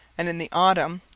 and in the autumn,